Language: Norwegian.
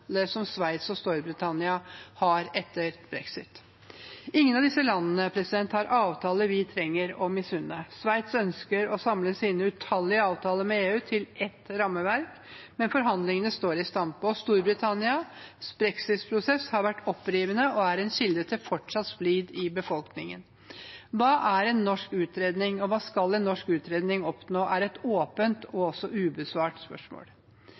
som Sveits har, og det Storbritannia har etter brexit. Ingen av disse landene har avtaler vi trenger å misunne. Sveits ønsker å samle sine utallige avtaler med EU til ett rammeverk, men forhandlingene står i stampe. Storbritannias brexitprosess har vært opprivende og er en kilde til fortsatt splid i befolkningen. Hva en norsk utredning skal oppnå, er et åpent og ubesvart spørsmål.